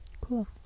Cool